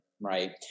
right